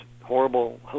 horrible